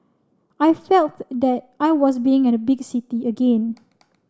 I felts that I was being at big city again